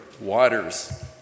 waters